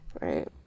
Right